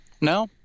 No